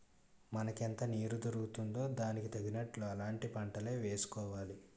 మనకెంత నీరు దొరుకుతుందో దానికి తగినట్లు అలాంటి పంటలే వేసుకోవాలి